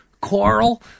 coral